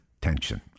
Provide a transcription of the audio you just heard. tension